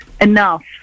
enough